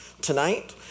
tonight